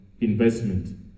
investment